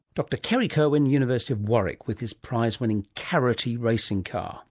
dr kerry kirwan, university of warwick, with his prize-winning carroty racing car